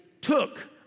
took